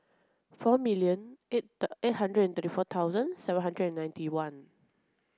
four million eight eight hundred and thirty four thousand seven hundred and ninety one